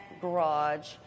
garage